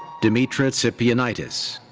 demetra tsipianitis.